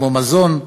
כמו מזון,